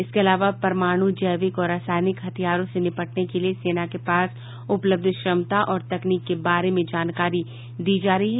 इसके अलावा परमाणु जैविक और रासायनिक हथियारों से निपटने के लिए सेना के पास उपलब्ध क्षमता और तकनीक के बारे में जानकारी दी जा रही है